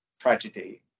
tragedy